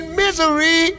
misery